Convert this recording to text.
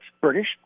British